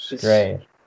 Great